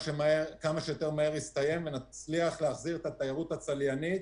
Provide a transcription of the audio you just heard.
שיותר מהר ונצליח להחזיר את התיירות הצליינית